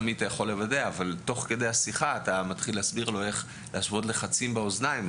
אתה מסביר לו איך להשוות לחצים באוזניים.